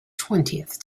twentieth